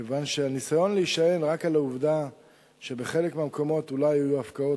כיוון שהניסיון להישען רק על העובדה שבחלק מהמקומות אולי היו הפקעות,